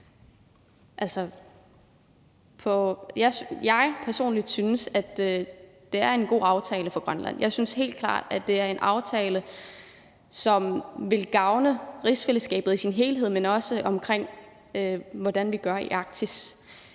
synes personligt, at det er en god aftale for Grønland. Jeg synes helt klart, at det er en aftale, som vil gavne rigsfællesskabet i sin helhed, men også den måde, vi handler på i Arktis.